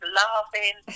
laughing